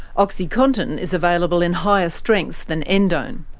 oxycontin is available in higher strengths than endone.